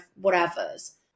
whatever's